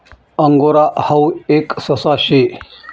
angora हाऊ एक ससा शे